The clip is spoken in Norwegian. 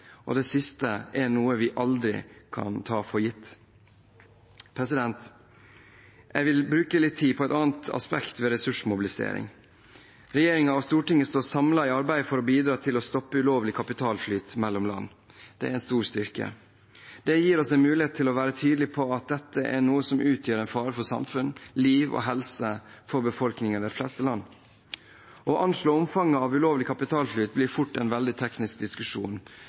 noe vi aldri kan ta for gitt. Jeg vil bruke litt tid på et annet aspekt ved ressursmobilisering. Regjeringen og Stortinget står samlet i arbeidet for å bidra til å stoppe ulovlig kapitalflyt mellom land. Det er en stor styrke. Det gir oss en mulighet til å være tydelige på at dette er noe som utgjør en fare for samfunn, liv og helse for befolkningen i de fleste land. Å anslå omfanget av ulovlig kapitalflyt blir fort en veldig teknisk diskusjon.